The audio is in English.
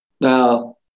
Now